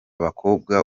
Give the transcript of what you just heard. bakobwa